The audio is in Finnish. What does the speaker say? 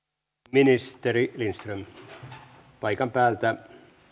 ministeri lindström paikan päältä